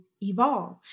evolve